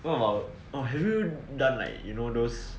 what about or have you done like you know those